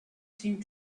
seemed